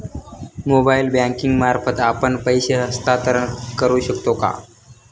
Mobile banking मार्फत आपण पैसे हस्तांतरण करू शकतो का?